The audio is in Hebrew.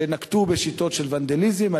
שנקטו שיטות של ונדליזם,